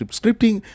scripting